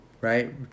right